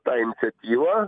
tą iniciatyvą